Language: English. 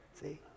See